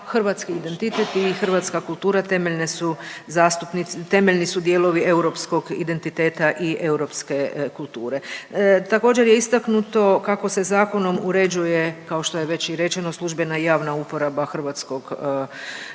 su .../nerazumljivo/... temeljni su dijelovi europskog identiteta i europske kulture. Također je istaknuto kako se zakonom uređuje, kao što je već i rečeno, službena i javna uporaba hrvatskog standardnog